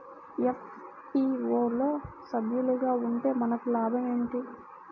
FPO లో సభ్యులుగా ఉంటే మనకు లాభం ఏమిటి?